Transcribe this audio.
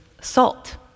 salt